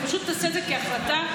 פשוט תעשה את זה כהחלטה על כל החקיקה.